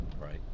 right